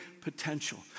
potential